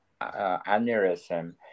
aneurysm